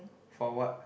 for what